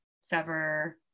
sever